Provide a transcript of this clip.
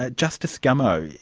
ah justice gummow,